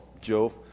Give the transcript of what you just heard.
Joe